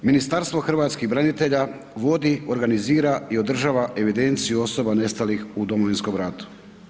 Ministarstvo hrvatskih branitelja vodi, organizira i održava evidenciju osoba nestalih u Domovinskog ratu.